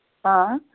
हां